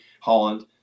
Holland